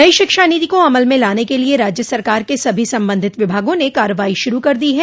नई शिक्षा नीति को अमल में लाने के लिये राज्य सरकार के सभी संबंधित विभागों ने कार्रवाई शुरू कर दी है